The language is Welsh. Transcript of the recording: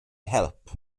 help